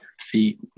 Feet